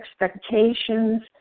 expectations